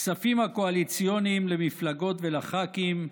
הכספים הקואליציוניים למפלגות ולח"כים,